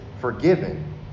forgiven